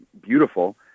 beautiful